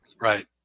Right